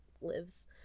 lives